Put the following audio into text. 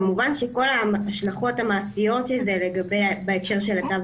כמובן שכל ההשלכות המעשיות של זה בהקשר של התו